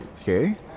Okay